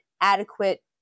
adequate